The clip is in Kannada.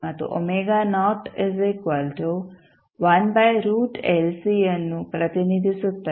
ಇಲ್ಲಿ α ವು ಮತ್ತು ಅನ್ನು ಪ್ರತಿನಿಧಿಸುತ್ತದೆ